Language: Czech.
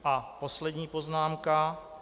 A poslední poznámka.